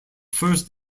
first